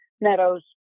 Meadows